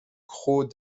cros